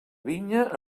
vinya